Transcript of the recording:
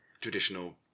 traditional